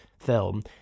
film